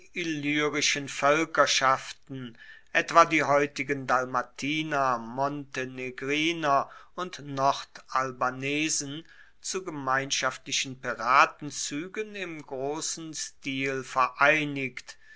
illyrischen voelkerschaften etwa die heutigen dalmatiner montenegriner und nordalbanesen zu gemeinschaftlichen piratenzuegen im grossen stil vereinigt